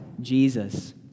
Jesus